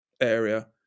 area